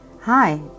Hi